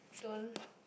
don't